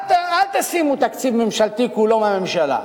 אל תשימו תקציב ממשלתי, שכולו מהממשלה,